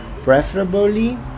preferably